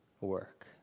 work